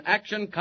Action